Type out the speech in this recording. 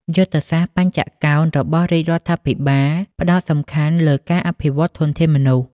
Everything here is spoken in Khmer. យុទ្ធសាស្ត្របញ្ចកោណរបស់រាជរដ្ឋាភិបាលផ្ដោតសំខាន់លើការអភិវឌ្ឍធនធានមនុស្ស។